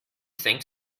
think